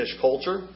culture